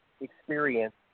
experience